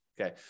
okay